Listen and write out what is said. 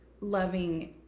loving